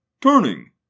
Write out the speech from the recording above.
turning